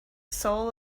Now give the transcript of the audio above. soul